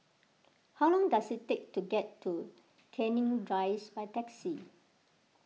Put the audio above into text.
how long does it take to get to Canning Rise by taxi